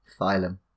phylum